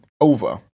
over